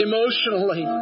Emotionally